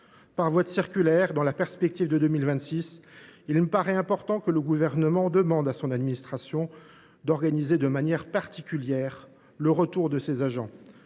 Par voie de circulaire et dans la perspective de 2026, il me paraît important que la Gouvernement demande à son administration d’organiser de manière particulière le retour de ces agents.